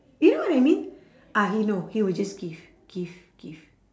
you know what I mean ah he no he will just give give give